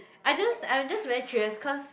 I just I'm just very curious cause